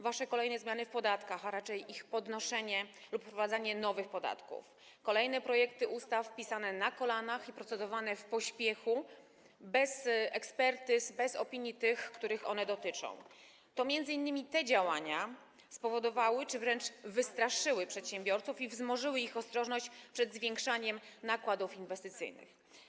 Wasze kolejne zmiany w podatkach, a raczej ich podnoszenie lub wprowadzanie nowych podatków, kolejne projekty ustaw pisane na kolanie i procedowane w pośpiechu, bez ekspertyz, bez opinii tych, których one dotyczą - to m.in. te działania to spowodowały czy wręcz wystraszyły przedsiębiorców i wzmogły ich ostrożność, jeśli chodzi o zwiększanie nakładów inwestycyjnych.